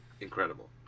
incredible